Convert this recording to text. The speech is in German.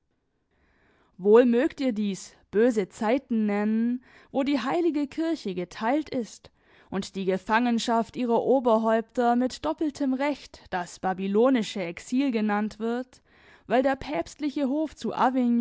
wohl mögt ihr dies böse zeiten nennen wo die heilige kirche geteilt ist und die gefangenschaft ihrer oberhäupter mit doppeltem recht das babylonische exil genannt wird weil der päpstliche hof zu